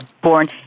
born